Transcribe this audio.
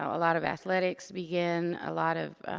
a lot of athletics begin, a lot of